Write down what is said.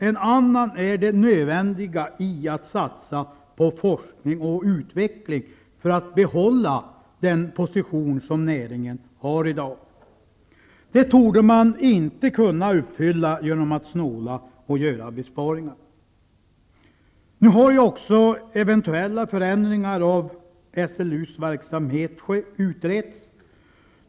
En annan är det nödvändiga i att satsa på forskning och utveckling för att behålla den position som näringen har i dag. Det torde vi inte kunna uppfylla genom att snåla och göra besparingar. Nu har ju också eventuella förändringar av SLU:s verksamhet utretts.